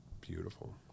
beautiful